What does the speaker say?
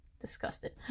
disgusted